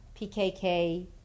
PKK